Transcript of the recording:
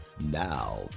Now